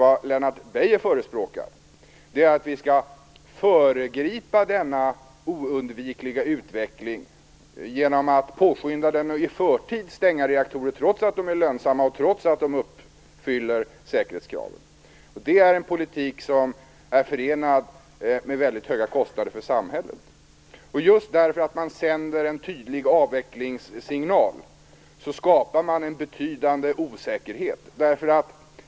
Vad Lennart Beijer förespråkar är att vi skall föregripa denna oundvikliga utveckling genom att påskynda den och i förtid stänga reaktorer trots att de är lönsamma och trots att de uppfyller säkerhetskraven. Det är en politik som är förenad med väldigt höga kostnader för samhället. Just därför att man sänder en tydlig avvecklingssignal skapar man en betydande osäkerhet.